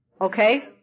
Okay